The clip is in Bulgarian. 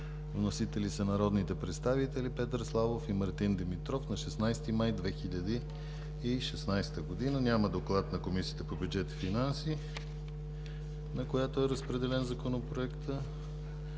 Вносители са народните представители Петър Славов и Мартин Димитров на 16 май 2016 г. Няма доклад на Комисията по бюджет и финанси, на която е разпределен Законопроектът,